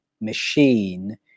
machine